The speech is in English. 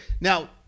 Now